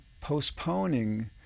postponing